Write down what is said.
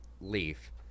Leaf